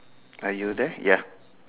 are you there ya